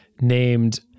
named